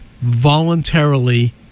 voluntarily